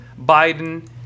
Biden